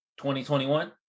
2021